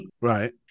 Right